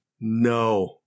No